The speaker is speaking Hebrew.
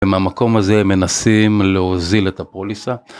ומהמקום הזה הם מנסים להוזיל את הפוליסה.